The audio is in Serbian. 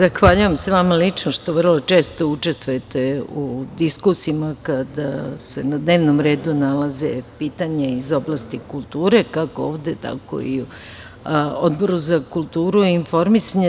Zahvaljujem se vama lično što vrlo često učestvujete u diskusijama kada se na dnevnom redu nalaze pitanja iz oblasti kulture, kako ovde, tako i na Odboru za kulturu i informisanje.